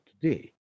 today